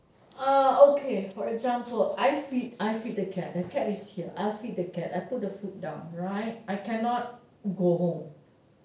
uh okay for example I feed I feed the cat the cat is here I'll feed the cat I put the food down all right I cannot go home